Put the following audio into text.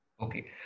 Okay